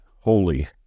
holy